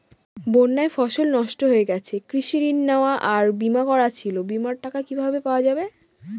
বন্যায় ফসল নষ্ট হয়ে গেছে কৃষি ঋণ নেওয়া আর বিমা করা ছিল বিমার টাকা কিভাবে পাওয়া যাবে?